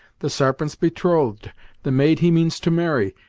the sarpent's betrothed the maid he means to marry,